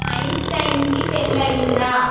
ఐన్స్టైన్కి పెళ్ళయ్యిందా